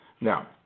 Now